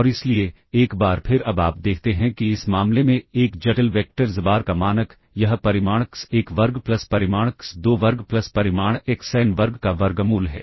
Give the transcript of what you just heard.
और इसलिए एक बार फिर अब आप देखते हैं कि इस मामले में एक जटिल वेक्टर xbar का मानक यह परिमाण x1 वर्ग प्लस परिमाण x2 वर्ग प्लस परिमाण xn वर्ग का वर्गमूल है